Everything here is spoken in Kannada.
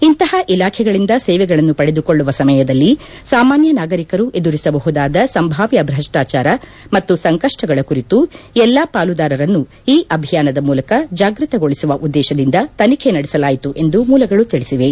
ಇಂತಹ ಇಲಾಖೆಗಳಂದ ಸೇವೆಗಳನ್ನು ಪಡೆದುಕೊಳ್ಳುವ ಸಮಯದಲ್ಲಿ ಸಾಮಾನ್ನ ನಾಗರಿಕರು ಎದುರಿಸಬಹುದಾದ ಸಂಭಾವ್ನ ಭ್ರಷ್ಟಾಚಾರ ಮತ್ತು ಸಂಕಷ್ಷಗಳ ಕುರಿತು ಎಲ್ಲಾ ಪಾಲುದಾರರನ್ನು ಈ ಅಭಿಯಾನದ ಮೂಲಕ ಜಾಗ್ಯತಗೊಳಿಸುವ ಉದ್ದೇಶದಿಂದ ತನಿಖೆ ನಡೆಸಲಾಯಿತು ಎಂದು ಮೂಲಗಳು ತಿಳಿಸಿವೆ